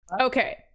Okay